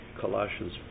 Colossians